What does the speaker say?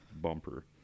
bumper